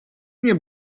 mnie